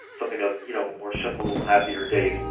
something of, you know, more simple, happier days